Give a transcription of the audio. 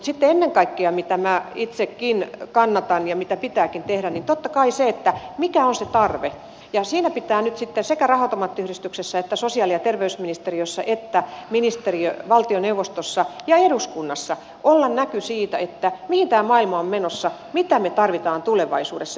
mutta sitten se mitä minä ennen kaikkea itsekin kannatan ja mitä pitääkin tehdä on totta kai sen arviointi mikä on se tarve ja siinä pitää nyt sitten sekä raha automaattiyhdistyksessä sosiaali ja terveysministeriössä että valtioneuvostossa ja eduskunnassa olla näky siitä mihin tämä maailma on menossa mitä me tarvitsemme tulevaisuudessa